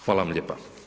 Hvala vam lijepa.